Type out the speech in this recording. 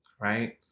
right